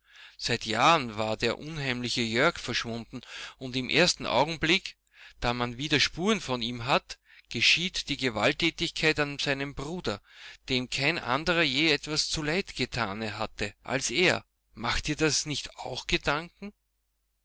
seit jahren war der unheimliche jörg verschwunden und im ersten augenblick da man wieder spuren von ihm hat geschieht die gewalttätigkeit an seinem bruder dem kein anderer je etwas zuleide getan hat als er macht dir das nicht auch